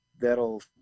that'll